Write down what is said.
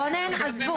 עזבו,